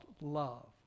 love